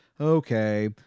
okay